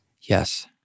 Yes